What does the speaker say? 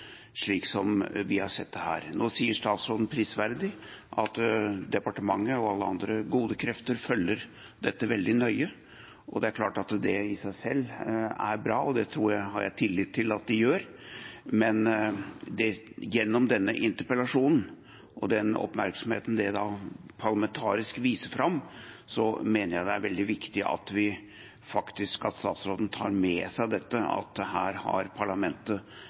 slik som vi har sett det her. Nå sier statsråden prisverdig at departementet og alle andre gode krefter følger dette veldig nøye, og det er klart at det i seg selv er bra, og det har jeg tillit til at de gjør. Men gjennom denne interpellasjonen og den oppmerksomheten dette da parlamentarisk viser fram, mener jeg det er veldig viktig at statsråden faktisk tar med seg dette, at her har parlamentet